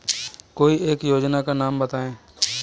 कोई एक योजना का नाम बताएँ?